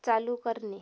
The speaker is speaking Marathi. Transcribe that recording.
चालू करणे